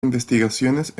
investigaciones